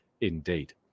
indeed